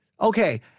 okay